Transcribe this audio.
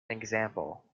example